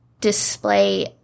display